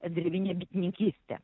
drevinę bitininkystę